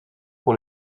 pour